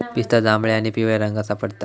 पिस्ता जांभळ्या आणि पिवळ्या रंगात सापडता